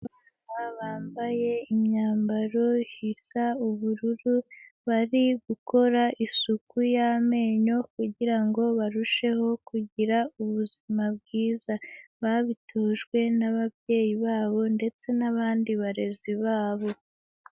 Abana bambaye imyambaro isa ubururu, bari gukora isuku y'amenyo kugirango barusheho kugira ubuzima bwiza. Babitojwe n'ababyeyi babo ndetse n'abandi barezi babo.